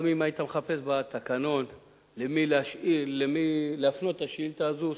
גם אם היית מחפש בתקנון למי להפנות את השאילתא הזאת,